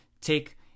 take